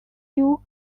you